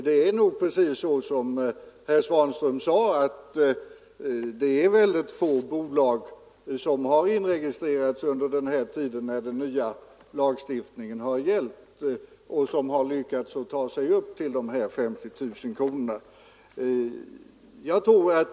Det är nog precis som herr Svanström sade, att få bolag har inregistrerats under den tid den nya lagstiftningen gällt, och få bolag har tagit sig upp till dessa 50 000 kronor.